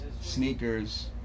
sneakers